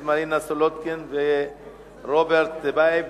של חברי הכנסת מרינה סולודקין ורוברט טיבייב,